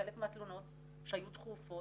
חלק מהתלונות שהיו דחופות,